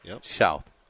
South